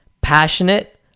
passionate